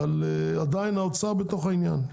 אבל עדיין האוצר בתוך העניין.